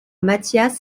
matthias